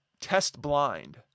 test-blind